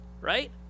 right